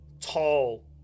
tall